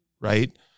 right